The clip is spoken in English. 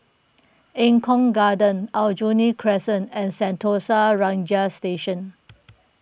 Eng Kong Garden Aljunied Crescent and Sentosa Ranger Station